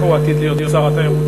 הוא עתיד להיות שר התיירות הבא.